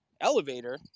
elevator